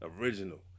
original